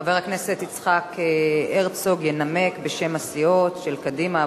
חבר הכנסת יצחק הרצוג ינמק בשם הסיעות קדימה,